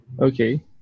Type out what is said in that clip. okay